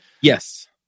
Yes